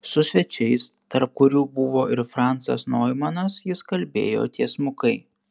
su svečiais tarp kurių buvo ir francas noimanas jis kalbėjo tiesmukai